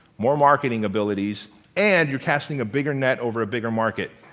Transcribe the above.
more marketing abilities and you're casting a bigger net over a bigger market.